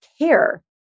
care